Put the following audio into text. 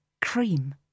cream